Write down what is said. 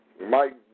Mike